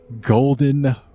golden